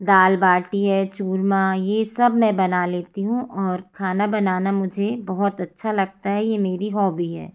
दाल बाटी है चूरमा ये सब मैं बना लेती हूँ और खाना बनाना मुझे बहुत अच्छा लगता है ये मेरी हॉबी है